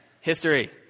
history